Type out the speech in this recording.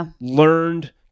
learned